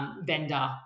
vendor